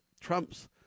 Trump's